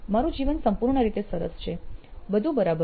મારુ જીવન સંપૂર્ણ રીતે સરસ છે બધું બરાબર છે